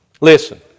Listen